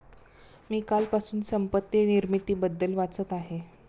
मी कालपासून संपत्ती निर्मितीबद्दल वाचत आहे